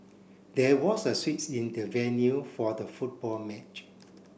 there was a switch in the venue for the football match